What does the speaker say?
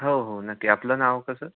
हो हो नक्की आपलं नाव कसं